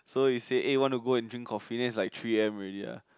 so we say eh want to go and drink coffee and then it's like three a_m already ah